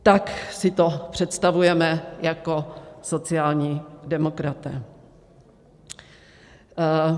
Tak si to představujeme jako sociální demokraté.